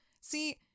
See